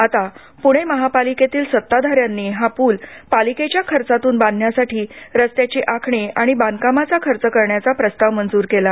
आता पूणे महापालिकेतील सत्ताधाऱ्यांनी हा पुलपालिकेच्या खर्चातून बांधण्यासाठी रस्त्याची आखणी आणि बांधकामाचा खर्च करण्याचा प्रस्ताव मंजूर केला